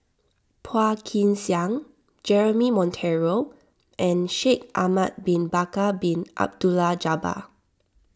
Phua Kin Siang Jeremy Monteiro and Shaikh Ahmad Bin Bakar Bin Abdullah Jabbar